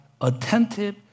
Attentive